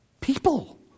people